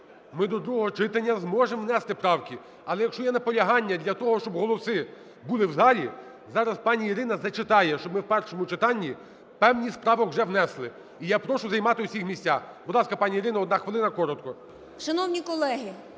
Ми до другого читання зможемо внести правки. Але, якщо є наполягання для того, щоб голоси були в залі, зараз пані Ірина зачитає, що ми в першому читанні певні з правок вже внесли. І я прошу займати всіх місця. Будь ласка, пані Ірино, одна хвилина, коротко.